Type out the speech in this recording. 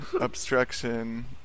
obstruction